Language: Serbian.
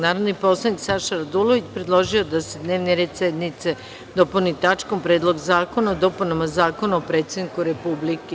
Narodni poslanik Saša Radulović predložio je da se dnevni red sednice dopuni tačkom – Predlog zakona o dopunama Zakona o predsedniku republike.